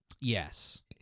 Yes